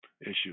issue